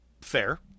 fair